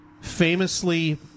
famously